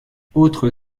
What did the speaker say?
autre